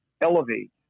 elevate